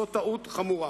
זו טעות חמורה,